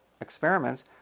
experiments